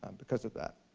um because of that.